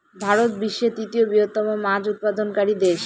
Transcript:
ভারত বিশ্বের তৃতীয় বৃহত্তম মাছ উৎপাদনকারী দেশ